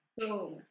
Boom